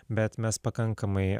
bet mes pakankamai